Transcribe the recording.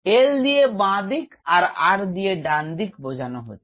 L দিয়ে বাঁ দিক আর R দিয়ে ডান দিক বোঝানো হচ্ছে